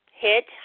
hit